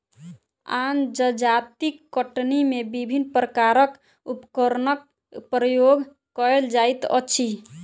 आन जजातिक कटनी मे विभिन्न प्रकारक उपकरणक प्रयोग कएल जाइत अछि